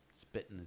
spitting